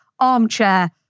Armchair